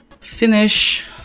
finish